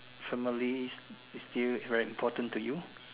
family is still very important to you